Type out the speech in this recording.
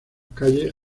calles